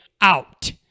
out